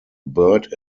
bird